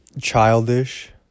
Childish